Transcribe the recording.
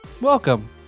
Welcome